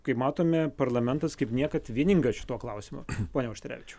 kaip matome parlamentas kaip niekad vieningas šituo klausimu pone auštrevičiau